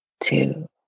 two